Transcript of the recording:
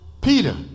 Peter